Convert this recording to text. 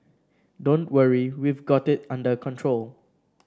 don't worry we've got it under control